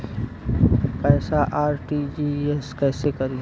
पैसा आर.टी.जी.एस कैसे करी?